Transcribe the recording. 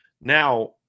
Now